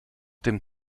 dem